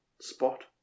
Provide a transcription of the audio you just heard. spot